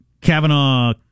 Kavanaugh